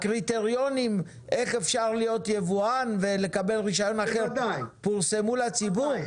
הקריטריונים של איך אפשר להיות ייבואן ולקבל רישיון אחר פורסמו לציבור?